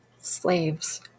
slaves